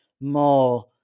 more